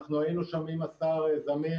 אנחנו היינו שם עם השר זמיר.